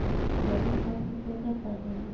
जैविक खाद के क्या क्या फायदे हैं?